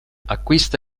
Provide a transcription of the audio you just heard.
acquista